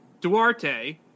Duarte